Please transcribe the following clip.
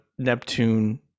neptune